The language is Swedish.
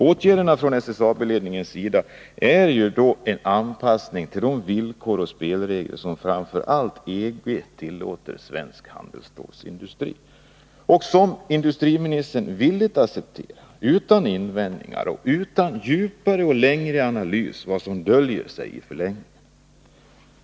Åtgärderna från SSAB-ledningens sida är en anpassning till de villkor och spelregler som framför allt EG tillåter svensk handelsstålsindustri och som industriministern villigt accepterar, utan invändningar och utan djupare och längre analys om vad som döljer sig i förlängningen.